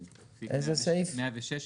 כן, 116